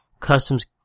customs